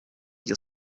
your